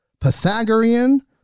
Pythagorean